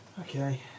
Okay